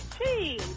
Hey